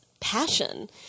passion